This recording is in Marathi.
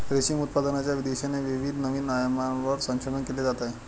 रेशीम उत्पादनाच्या दिशेने विविध नवीन आयामांवर संशोधन केले जात आहे